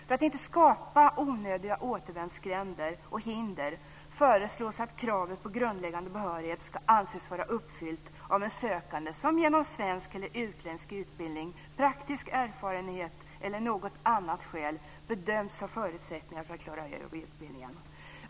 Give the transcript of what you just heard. För att inte skapa onödiga återvändsgränder och hinder föreslås att kravet på grundläggande behörighet ska anses vara uppfyllt av en sökande som genom svensk eller utländsk utbildning, genom praktisk erfarenhet eller utifrån annat skäl bedöms ha förutsättningar att klara av utbildningen.